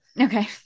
Okay